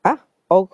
!huh! oh